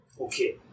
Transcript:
Okay